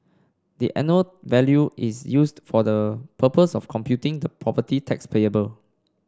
the annual value is used for the purpose of computing the property tax payable